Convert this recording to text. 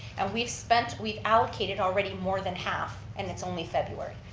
and we've spent, we've allocated already more than half and it's only february.